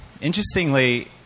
Interestingly